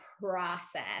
process